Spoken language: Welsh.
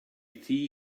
thŷ